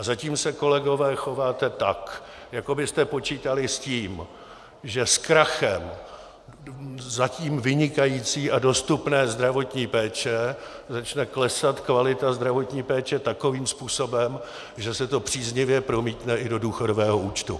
Zatím se, kolegové, chováte tak, jako byste počítali s tím, že s krachem zatím vynikající a dostupné zdravotní péče začne klesat kvalita zdravotní péče takovým způsobem, že se to příznivě promítne i do důchodového účtu.